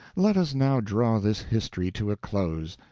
let us now draw this history to a close,